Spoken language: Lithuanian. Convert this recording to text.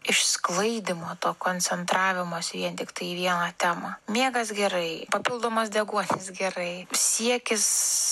išsklaidymo to koncentravimosi vien tiktai į vieną temą miegas gerai papildomas deguonis gerai siekis